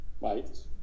right